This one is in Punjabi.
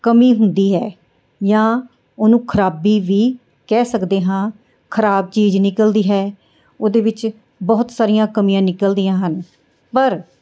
ਕਮੀ ਹੁੰਦੀ ਹੈ ਜਾਂ ਉਹਨੂੰ ਖਰਾਬੀ ਵੀ ਕਹਿ ਸਕਦੇ ਹਾਂ ਖਰਾਬ ਚੀਜ਼ ਨਿਕਲਦੀ ਹੈ ਉਹਦੇ ਵਿੱਚ ਬਹੁਤ ਸਾਰੀਆਂ ਕਮੀਆਂ ਨਿਕਲਦੀਆਂ ਹਨ ਪਰ